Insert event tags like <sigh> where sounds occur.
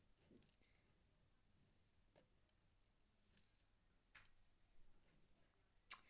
<noise>